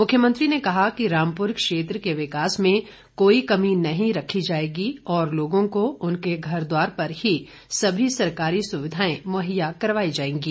मुख्यमंत्री ने कहा कि रामपुर क्षेत्र के विकास में कोई कमी नहीं रखी जाएगी और लोगों को उनके घर द्वार पर ही सभी सरकारी सुविधाएं मुहैया करवाई जाएंगी